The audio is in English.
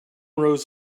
rows